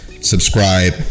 subscribe